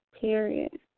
Period